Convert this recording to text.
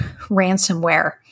ransomware